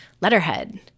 letterhead